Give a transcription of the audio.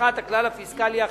שבנוסחת הכלל הפיסקלי החדש.